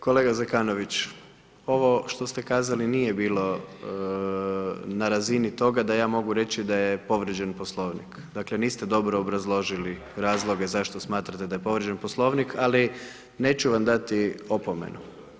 Kolega Zekanović, ovo što ste kazali nije bilo na razini toga da ja mogu reći da je povrijeđen Poslovnik, dakle, niste dobro obrazložili razloge zašto smatrate da je povrijeđen Poslovnik, ali neću vam dati opomenu.